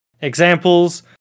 examples